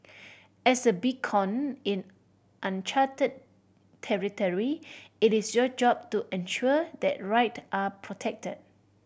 as a beacon in uncharted territory it is your job to ensure that right are protected